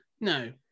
No